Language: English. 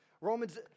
Romans